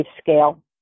scale